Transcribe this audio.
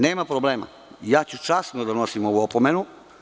Nema problema, ja ću časno da nosim ovu opomenu.